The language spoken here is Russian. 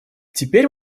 теперь